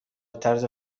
طرز